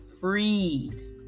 freed